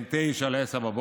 בין 09:00 ל-10:00.